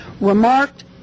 remarked